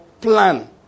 plan